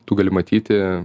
tu gali matyti